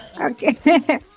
Okay